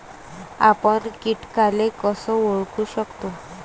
आपन कीटकाले कस ओळखू शकतो?